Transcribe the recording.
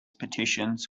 petitions